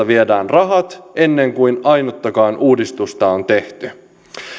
viedään rahat ennen kuin ainuttakaan uudistusta on tehty